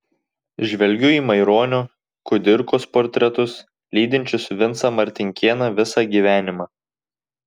žvelgiu į maironio kudirkos portretus lydinčius vincą martinkėną visą gyvenimą